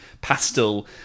pastel